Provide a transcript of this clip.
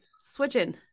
switching